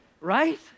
right